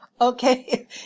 Okay